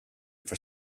for